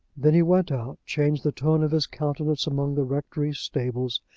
then he went out, changed the tone of his countenance among the rectory stables,